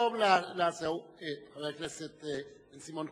חבר הכנסת בן-סימון,